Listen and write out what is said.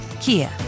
Kia